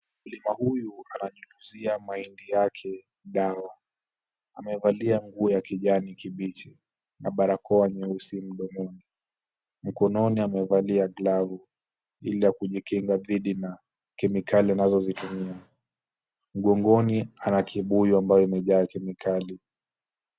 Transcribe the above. Mkulima huyu ananyunyizia mahindi yake dawa. Amevalia nguo ya kijani kibichi na barakoa nyeusi mdomoni. Mkononi amevalia glavu ili ya kujikinga dhidi na kemikali anazozitumia. Mgongoni ana kibuyu ambayo imejaa kemikali.